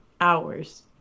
hours